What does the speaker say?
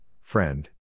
friend